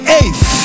eighth